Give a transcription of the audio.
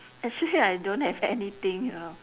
actually I don't have anything you know